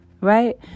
right